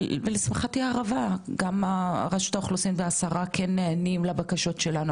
ולשמחתי הרבה גם רשות האוכלוסין והשרה כן נענים לבקשות שלנו,